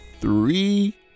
three